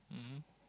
mmhmm